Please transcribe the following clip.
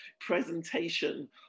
presentation